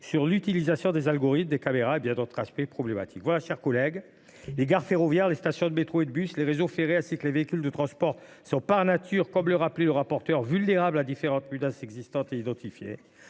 sur l’utilisation des algorithmes ou des caméras et sur bien d’autres aspects problématiques de ce texte. Mes chers collègues, les gares ferroviaires, les stations de métro et de bus, les réseaux ferrés ainsi que les véhicules de transport sont, par nature, comme le rappelait la rapporteure, vulnérables à différentes menaces existantes et identifiées.